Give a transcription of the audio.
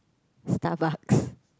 Starbucks